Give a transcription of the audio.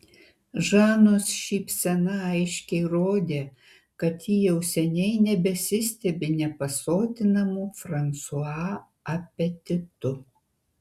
žanos šypsena aiškiai rodė kad ji jau seniai nebesistebi nepasotinamu fransua apetitu